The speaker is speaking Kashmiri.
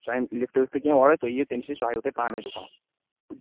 سُہ اَنہِ لِفٹہٕ وِفٹہٕ کیٚنٛہہ اورے تُہۍ یِیِو تمٔۍسٕے سُہ ہاوِ تۅہہِ پانَے دُکان